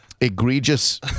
egregious